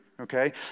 okay